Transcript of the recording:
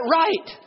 right